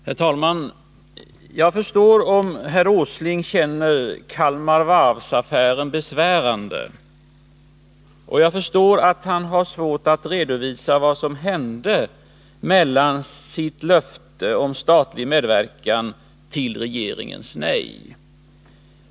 Herr talman! Jag förstår om herr Åsling känner Kalmar Varv-affären besvärande. Och jag förstår att han har svårt att redovisa vad som hände under tiden från hans löfte om statlig medverkan till regeringens nej.